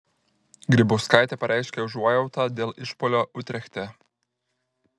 grybauskaitė pareiškė užuojautą dėl išpuolio utrechte